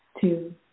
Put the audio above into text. two